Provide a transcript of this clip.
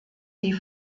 die